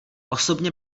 osobně